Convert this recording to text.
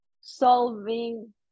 solving